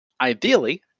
Ideally